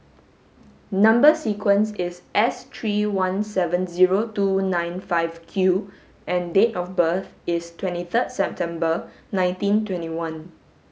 number sequence is S three one seven zero two nine five Q and date of birth is twenty third December nineteen twenty one